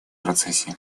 процессе